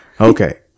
Okay